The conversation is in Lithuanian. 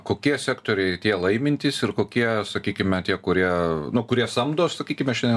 kokie sektoriai tie laimintys ir kokie sakykime tie kurie nu kurie samdo sakykime šiandien